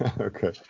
Okay